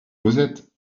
cosette